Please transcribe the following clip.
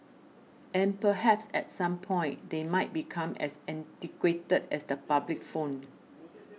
and perhaps at some point they might become as antiquated as the public phone